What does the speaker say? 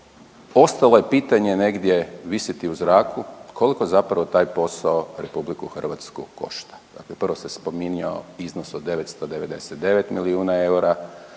ostalo je pitanje negdje visiti u zraku koliko zapravo taj posao RH košta. Dakle, prvo se spominjao iznos od 999 milijuna EUR-a